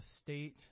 state